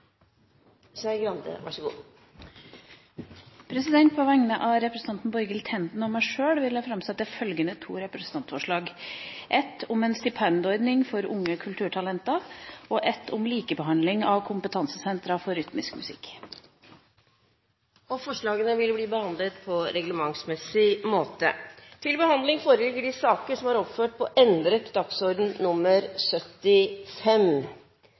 Skei Grande vil framsette to representantforslag. På vegne av representanten Borghild Tenden og meg sjøl vil jeg framsette to representantforslag, et om en stipendordning for unge kulturtalenter og et om likebehandling av kompetansesentre for rytmisk musikk. Forslagene vil bli behandlet på reglementsmessig måte. Før statsråd Rigmor Aasrud får ordet for å gi sin redegjørelse, vil presidenten foreslå følgende opplegg for debatten knyttet til